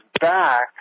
back